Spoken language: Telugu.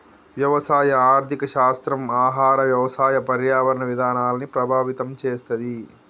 వ్యవసాయ ఆర్థిక శాస్త్రం ఆహార, వ్యవసాయ, పర్యావరణ విధానాల్ని ప్రభావితం చేస్తది